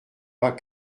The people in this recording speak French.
pas